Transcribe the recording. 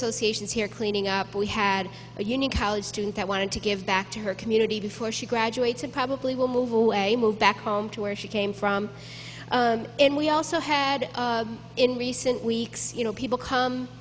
associations here cleaning up we had a unique college student that wanted to give back to her community before she graduates and probably will move away move back home to where she came from and we also had in recent weeks you know people come